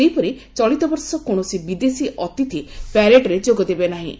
ସେହିପରି ଚଳିତବର୍ଷ କୌଣସି ବିଦେଶୀ ଅତିଥି ପ୍ୟାରେଡରେ ଯୋଗଦେବେ ନାହିଁ